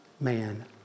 man